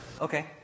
Okay